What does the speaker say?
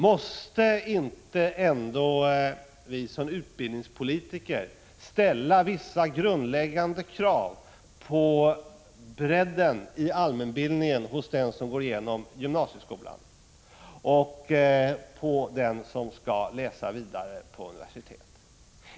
Måste inte vi som utbildningspolitiker ställa vissa grundläggande krav på bredden av allmänbildningen hos dem som går igenom gymnasieskolan och på dem som skall läsa vidare på universitet?